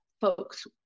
folks